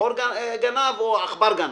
החור גנב או העכבר גנב?